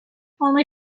only